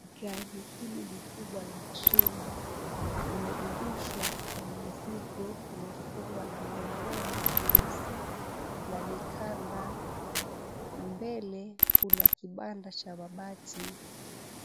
Gari hili likubwa la trela imebebeshwa mizigo imefungwa na nylon nyeusi na mikanda. Mbele kuna kibanda cha mabati.